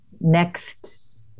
next